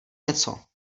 něco